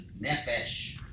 nefesh